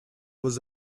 was